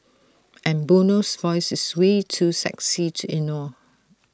and Bono's voice is way too sexy to ignore